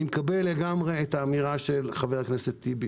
אני מקבל לגמרי את האמירה של חבר הכנסת טיבי